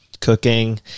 Cooking